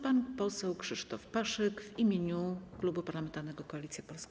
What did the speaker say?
Pan poseł Krzysztof Paszyk w imieniu Klubu Parlamentarnego Koalicja Polska.